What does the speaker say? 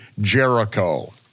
Jericho